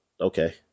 okay